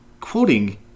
quoting